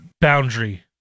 boundary